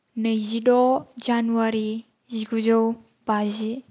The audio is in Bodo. नैजिद' जानुवारी जिगुजौ बाजि